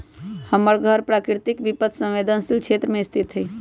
हमर घर प्राकृतिक विपत संवेदनशील क्षेत्र में स्थित हइ